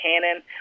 Cannon